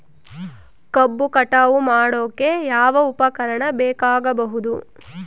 ಕಬ್ಬು ಕಟಾವು ಮಾಡೋಕೆ ಯಾವ ಉಪಕರಣ ಬೇಕಾಗಬಹುದು?